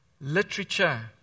literature